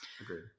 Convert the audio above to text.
agreed